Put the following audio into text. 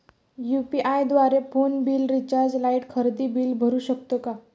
UPI द्वारे phone bill, recharge, light, खरेदी bill भरू शकतो का?